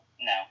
No